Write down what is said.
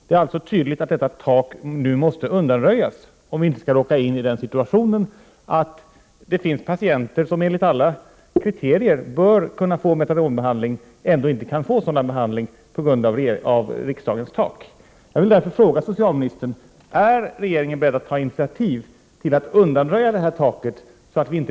Det är tydligt att detta tak nu måste undanröjas om vi inte skall råka in i den situationen att patienter som enligt alla kriterier bör kunna få metadonbehandling ändå inte kan få sådan behandling på grund av det tak riksdagen beslutat om.